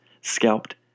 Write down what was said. scalped